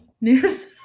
news